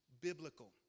biblical